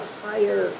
higher